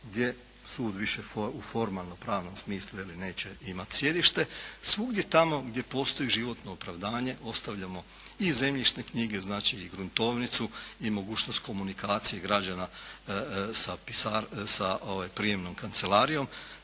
gdje sud više u formalnopravnom smislu neće imati sjedište, svugdje tamo gdje postoji životno opravdanje ostavljamo i zemljišne knjige, znači i gruntovnicu i mogućnost komunikacije građana sa prijemnom kancelarijom,